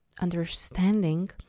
understanding